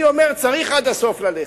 אני אומר צריך עד הסוף ללכת.